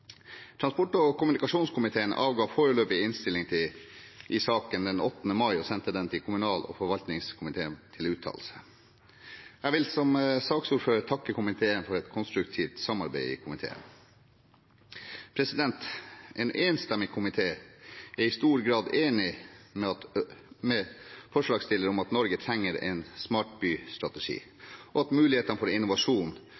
Transport- og kommunikasjonskomiteen avga foreløpig innstilling i saken den 8. mai og sendte den til kommunal- og forvaltningskomiteen til uttalelse. Jeg vil som saksordfører takke komiteen for konstruktivt samarbeid i komiteen. En enstemmig komité er i stor grad enig med forslagsstillerne i at Norge trenger en